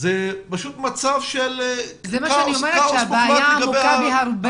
אלא יש כאוס מוחלט בנושא.